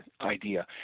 idea